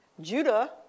Judah